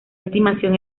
estimación